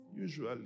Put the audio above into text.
usually